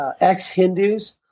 ex-Hindus